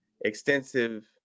extensive